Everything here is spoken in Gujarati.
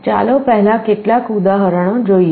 ચાલો પહેલા કેટલાક ઉદાહરણો જોઈએ